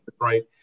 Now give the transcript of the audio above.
right